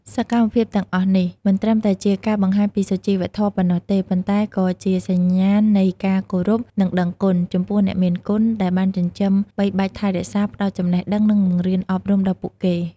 សកម្មភាពទាំងអស់នេះមិនត្រឹមតែជាការបង្ហាញពីសុជីវធម៌ប៉ុណ្ណោះទេ ប៉ុន្តែក៏ជាសញ្ញាណនៃការ គោរព និងដឹងគុណ ចំពោះអ្នកមានគុណ ដែលបានចិញ្ចឹមបីបាច់ថែរក្សា ផ្ដល់ចំណេះដឹង និងបង្រៀនអប់រំដល់ពួកគេ។